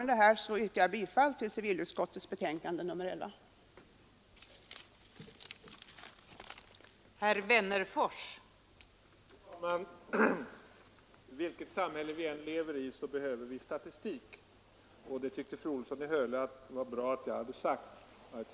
Med detta yrkar jag bifall till civilutskottets hemställan i dess betänkande nr 11.